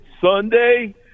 Sunday